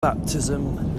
baptism